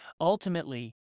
Ultimately